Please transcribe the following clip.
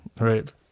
right